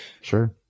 sure